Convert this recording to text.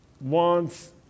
wants